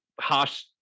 harsh